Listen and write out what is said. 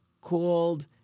called